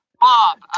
Bob